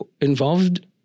involved